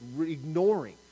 ignoring